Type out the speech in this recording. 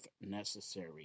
necessary